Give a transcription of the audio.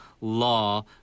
law